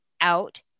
out